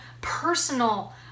personal